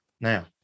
now